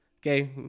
Okay